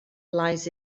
lies